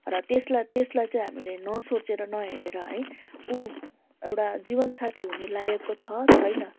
र त्यसलाई त्यसलाई चाहिँ हामीलो नसोचेर नहेरेर है उ एउटा जीवनसाथी हुने लायकको छ छैन